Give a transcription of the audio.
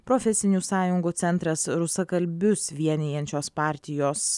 profesinių sąjungų centras rusakalbius vienijančios partijos